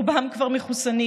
רובם כבר מחוסנים,